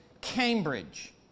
Cambridge